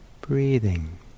breathing